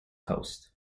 coast